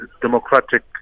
democratic